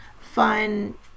fun